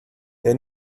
they